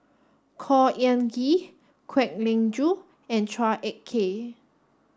Khor Ean Ghee Kwek Leng Joo and Chua Ek Kay